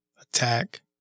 attack